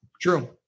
true